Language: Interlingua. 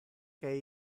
que